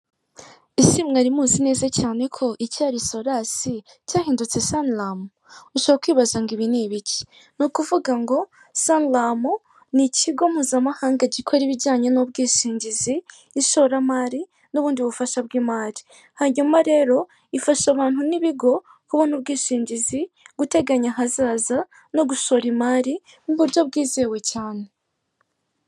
Ese mwari muzi neza cyane ko icyari solas cyahindutse snram ,ushakaho kwibaza ngo ibi ni ibiki ni ukuvuga ngo sangram ni ikigo mpuzamahanga gikora ibijyanye n'ubwishingizi, ishoramari n'ubundi bufasha bw'imari hanyuma rero ifasha abantu n'ibigo kubona ubwishingizi guteganya ahazaza no gushora imari mu buryo bwizewe cyane.